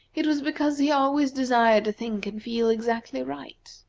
it was because he always desired to think and feel exactly right.